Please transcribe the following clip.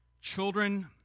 Children